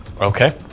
Okay